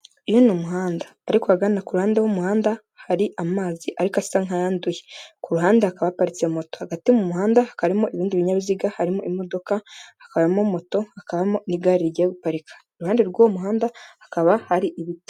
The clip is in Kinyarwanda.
Uyu ni umuhanda, ariko ahagana ku ruhande h'umuhanda hari amazi ariko asa nk'ayanduye, ku ruhande hakaba haparitse moto, hagati mu muhanda karimo ibindi binyabiziga, harimo imodoka, hakabamo moto, hakabamo n'igare rigiye guparika, iruhande rw'wo muhanda hakaba hari ibiti.